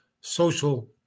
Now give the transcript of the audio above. social